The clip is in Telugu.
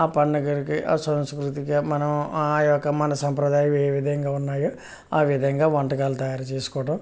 ఆ పండగలకి ఆ సంస్కృతికి మనం ఆ యొక్క మనం సంప్రదాయం ఏ విధంగా ఉన్నాయో ఆ విధంగా వంటకాలు తయారు చేసుకోవడం